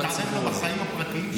אתה מתערב לו בחיים הפרטיים שלו?